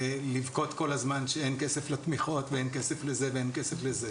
ולבכות כל הזמן שאין כסף לתמיכות ואין כסף לזה ואין כסף לזה